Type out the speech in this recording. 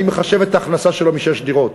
אני מחשב את ההכנסה שלו משש דירות,